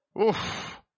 Oof